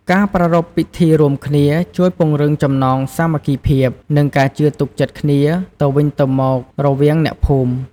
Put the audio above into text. ការប្រារព្ធពិធីរួមគ្នា ជួយពង្រឹងចំណងសាមគ្គីភាព និងការជឿទុកចិត្តគ្នាទៅវិញទៅមករវាងអ្នកភូមិ។